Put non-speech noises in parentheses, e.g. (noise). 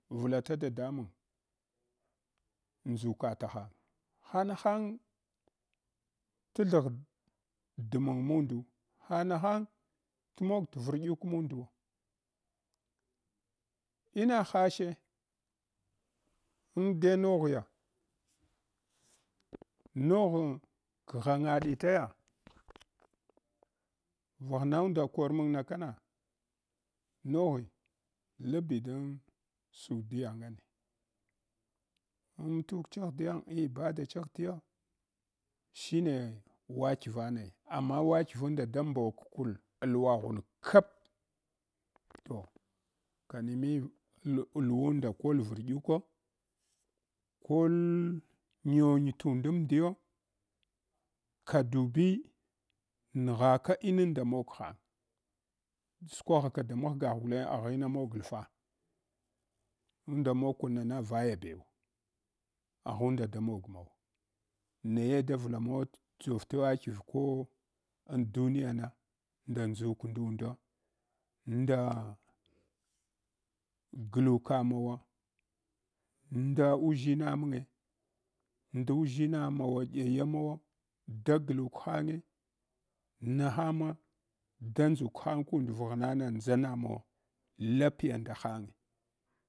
Vlata dadamang ndʒuka tahany ha na hang t’ thagh dmang mundu ha nahang t’ thagh t’ virdguk munduwo ina hashe indai noghiya nogho kghangaɗi taya vaghayaunda kor mangna kana noghi labi dang sudia ngane amtu kch ghdiya ambadach ghdiya shine wadgivane ya amma wadwunanda da mbokun luwaghun kap toh ka menu lu luwunda kol virdluko kol nyongn tundamdiyo ka dubi nghaka inunda moghang ʒkwaghaka da maghgagh gulenge aghina moglfa unda mogkunana vaya bau aghunda da mogmawa naye davla mawat dʒor tewair ko an duniyana nda ndʒuk ndunda, nda (hesitation) gluka mawa nda uʒshima mange, ndu ʒshina mawa yaya mawa da gluk hange nahangma da ndʒukhang kund vaghna na ndʒa nanawa lapiya nda hange.